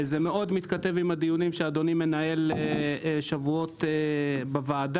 זה מאוד מתכתב עם הדיונים שאדוני מנהל שבועות בוועדה.